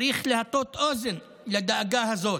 צריך להטות אוזן לדאגה הזאת,